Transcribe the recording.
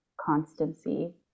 constancy